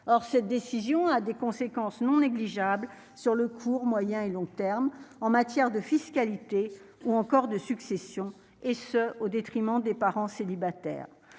or cette décision, a des conséquences non négligeables sur le court, moyen et long terme en matière de fiscalité ou encore de succession et ce au détriment des parents célibataires